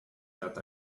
that